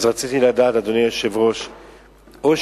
אז רציתי לדעת,